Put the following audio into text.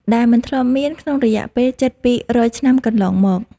ដែលមិនធ្លាប់មានក្នុងរយៈពេលជិតពីររយឆ្នាំកន្លងមក។